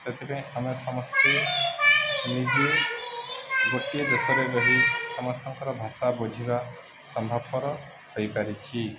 ସେଥିପାଇଁ ଆମେ ସମସ୍ତେ ନିଜେ ଗୋଟିଏ ଦେଶରେ ରହି ସମସ୍ତଙ୍କର ଭାଷା ବୁଝିବା ସମ୍ଭବପର ହୋଇପାରିଛି